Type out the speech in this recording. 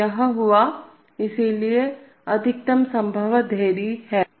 तो यह हुआ इसलिए अधिकतम देरी संभव है